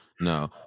no